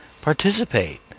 participate